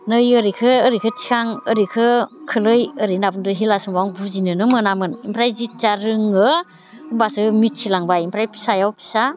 नै ओरैखौ ओरैखौ थिखां ओरैखौ खोलै ओरै होनना बुंदों अब्ला समाव बुजिनोनो मोनामोन ओमफ्राय जेतिया रोङो होम्बासो मिथिलांबाय ओमफ्राय फिसायाव फिसा